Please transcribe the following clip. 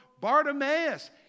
Bartimaeus